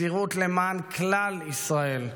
מסירות למען כלל ישראל.